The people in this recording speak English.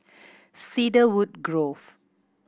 Cedarwood Grove